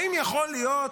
האם יכול להיות